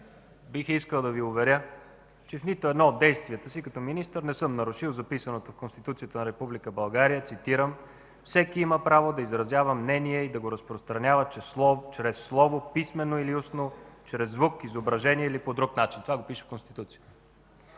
Бих искал да Ви уверя, че в нито от действията си като министър не съм нарушил записаното в Конституцията на Република България, цитирам: „Всеки има право да изразява мнение и да го разпространява чрез слово, писмено или устно, чрез звук, изображение или по друг начин”. Това го пише в Конституцията.